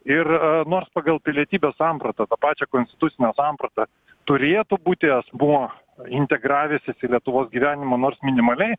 ir nors pagal pilietybės sampratą tą pačią konstitucinę sampratą turėtų būti asmuo integravęsis į lietuvos gyvenimą nors minimaliai